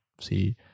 see